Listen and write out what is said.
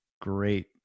great